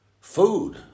food